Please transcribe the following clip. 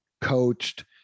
coached